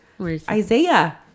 isaiah